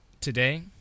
today